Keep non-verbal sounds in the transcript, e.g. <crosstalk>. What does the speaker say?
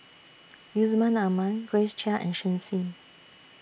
<noise> Yusman Aman Grace Chia and Shen Xi